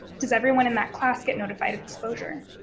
does everyone in that class get notified exposure?